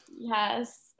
Yes